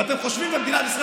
ואתם חושבים,